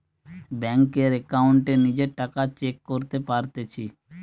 বেংকের একাউন্টে নিজের টাকা চেক করতে পারতেছি